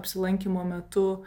apsilankymo metu